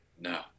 No